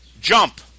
jump